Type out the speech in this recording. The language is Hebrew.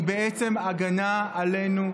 היא בעצם הגנה עלינו.